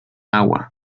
agua